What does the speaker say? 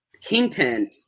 Kingpin